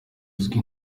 izwi